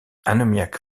annemiek